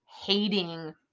hating